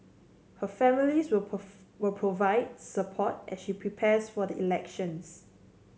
her families will will provide support as she prepares for the elections